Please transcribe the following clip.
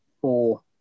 four